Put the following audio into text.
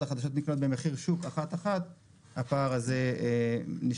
החדשות נקנות במחיר השוק אחת-אחת הפער הזה נשאר.